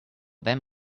them